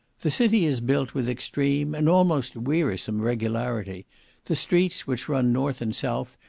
the city is built with extreme and almost wearisome regularity the streets, which run north and south,